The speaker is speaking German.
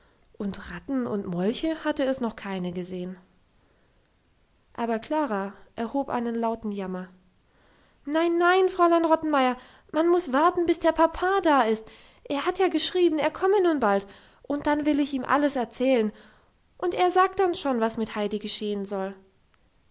und ratten und molche hatte es noch keine gesehen aber klara erhob einen lauten jammer nein nein fräulein rottenmeier man muss warten bis der papa da ist er hat ja geschrieben er komme nun bald und dann will ich ihm alles erzählen und er sagt dann schon was mit heidi geschehen soll